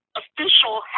official